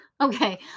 okay